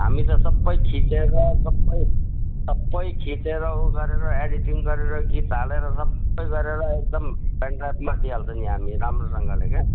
हामी त सबै खिचेर सबै सबै खिचेर उ गरेर एडिटिङ गरेर गीत हालेर सबै गरेर एकदम पेनड्राइभमा दिइहाल्छौँ नि हामी राम्रोसँगले क्या